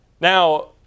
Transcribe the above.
Now